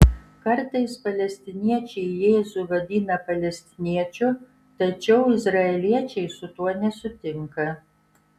kartais palestiniečiai jėzų vadina palestiniečiu tačiau izraeliečiai su tuo nesutinka